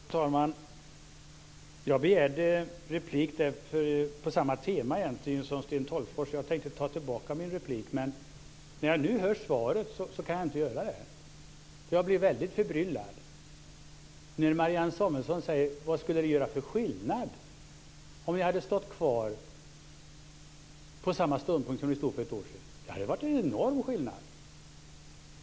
Fru talman! Jag begärde replik på samma tema som Sten Tolgfors, och jag tänkte ta tillbaka min replik. Men när jag nu hör svaret kan jag inte göra det. Jag blir väldigt förbryllad när Marianne Samuelsson undrar vad det skulle göra för skillnad om man hade haft kvar samma ståndpunkt som man hade för ett år sedan. Det hade varit en enorm skillnad.